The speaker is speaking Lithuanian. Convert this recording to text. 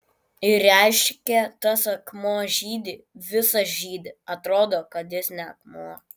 ir reiškia tas akmuo žydi visas žydi atrodo kad jis ne akmuo